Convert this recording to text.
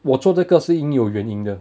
我做这个是因为有原因的